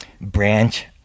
branch